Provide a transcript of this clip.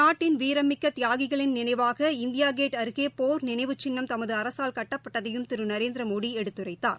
நாட்டின் வீரம் மிக்க தியாகிகளின் நினைவாக இந்தியா கேட் அருகே போர் நினைவுச் சின்னம் தமது அரசால் கட்டப்பட்டதையும் திரு நரேந்திரமோலடி எடுத்துரைத்தார்